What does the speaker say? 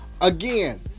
again